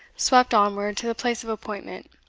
swept onward to the place of appointment,